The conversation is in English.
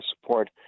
support